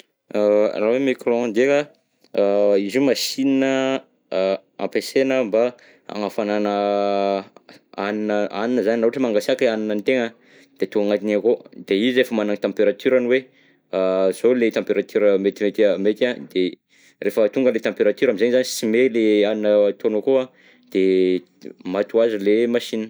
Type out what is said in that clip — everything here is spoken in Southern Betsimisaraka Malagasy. Raha hoe micro onde ndreka, a izy io machine, ampiasaina mba anafanana hanina hanina zany, raha ohatra hoe mangasiaka haninantegna de atao agnatiny akao, de izy efa managna temperatureny hoe a zao le temperature metimety, mety an, de rehefa tonga le temperature amizay zany sy may le hanina ataonao akao an de maty ho azy ilay machine.